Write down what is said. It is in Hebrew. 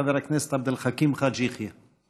חבר הכנסת עבד אל חכים חאג' יחיא.